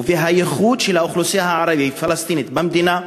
ובייחוד של האוכלוסייה הערבית-פלסטינית במדינה,